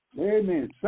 amen